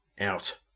out